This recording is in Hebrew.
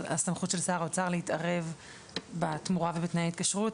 אבל הסמכות של שר האוצר להתערב בתמורה ובתנאי ההתקשרות,